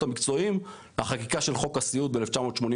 המקצועיים לחקיקה של חוק הסיעוד ב-1988.